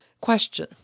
Question